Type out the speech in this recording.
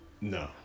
no